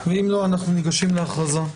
בבקשה.